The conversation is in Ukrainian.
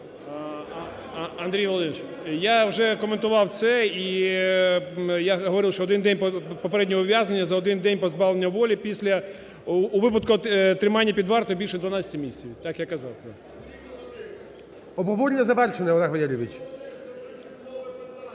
Андрій Володимирович, я вже коментував це. І я говорив, що один день попереднього ув'язнення за один день позбавлення волі після… у випадку тримання під вартою більше 12 місяців. Так я казав. ГОЛОВУЮЧИЙ. Обговорення завершене, Олег Валерійович.